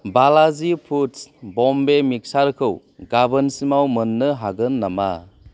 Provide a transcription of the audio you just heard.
Balaji foods Bombay मिक्सारखौ गामोनसिमाव मोन्नो हागोन नामा